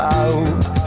out